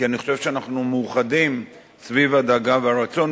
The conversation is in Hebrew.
כי אני חושב שאנחנו מאוחדים סביב הדאגה והרצון.